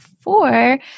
four